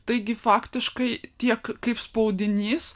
taigi faktiškai tiek kaip spaudinys